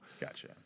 Gotcha